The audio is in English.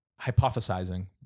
hypothesizing